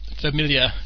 familiar